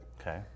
Okay